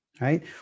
right